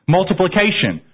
Multiplication